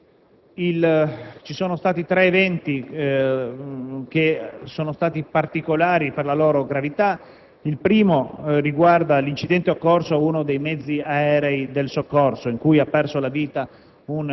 del Paese. Tre eventi sono stati particolari per la loro gravità: il primo riguarda l'incidente occorso ad uno dei mezzi aerei del soccorso, in cui ha perso la vita